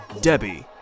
Debbie